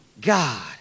God